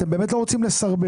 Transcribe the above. אתם באמת לא רוצים לסרבל,